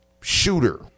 Shooter